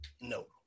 No